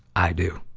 i do.